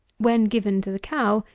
when given to the cow,